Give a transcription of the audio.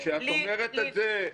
כשאת אומרת את זה,